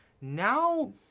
Now